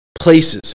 places